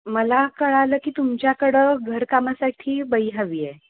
मला कळलं की तुमच्याकडं घरकामासाठी बाई हवी आहे